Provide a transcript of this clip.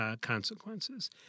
consequences